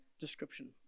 description